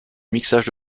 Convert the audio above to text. mixage